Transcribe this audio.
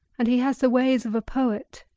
and he has the ways of a poet.